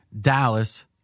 Dallas